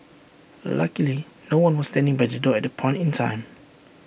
luckily no one was standing by the door at that point in time